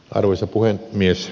arvoisa puhemies